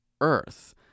earth